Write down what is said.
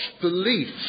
beliefs